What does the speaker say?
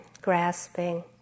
grasping